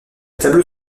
tableau